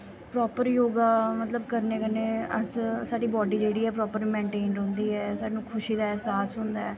proper yoga मतलब करने कन्नै अस साढ़ी बॉड्डी जेह्ड़ी ऐ मेन्टेन रौंह्दी ऐ सानूं खुशी दा ऐहसास होंदा ऐ